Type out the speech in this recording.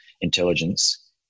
intelligence